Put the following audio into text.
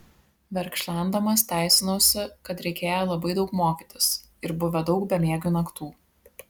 verkšlendamas teisinausi kad reikėję labai daug mokytis ir buvę daug bemiegių naktų